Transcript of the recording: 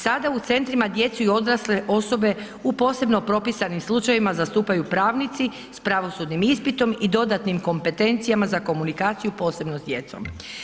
Sada u centrima djecu i odrasle osobe u posebno propisanim slučajevima zastupaju pravnici s pravosudnim ispitom i dodatnim kompetencijama za komunikaciju posebno s djecom.